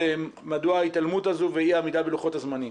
מדוע ההתעלמות הזו ואי העמידה בלוחות הזמנים.